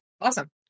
Awesome